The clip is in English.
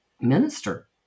minister